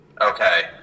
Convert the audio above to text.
Okay